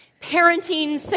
parenting